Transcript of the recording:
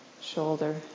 shoulder